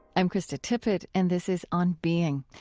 i'm krista tippett and this is on being.